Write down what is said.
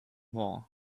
more